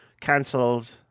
cancelled